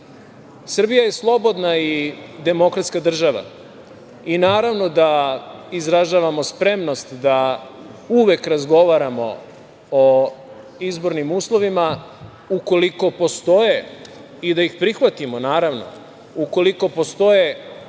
Srbije. Srbija je slobodna i demokratska država i naravno da izražavamo spremnost da uvek razgovaramo o izbornim uslovima, ukoliko postoje, i da ih prihvatimo, naravno, ukoliko postoje